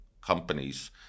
companies